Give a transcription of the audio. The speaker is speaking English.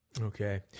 Okay